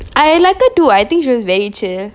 I like her too I think she was very chill